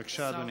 בבקשה, אדוני.